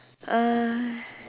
uh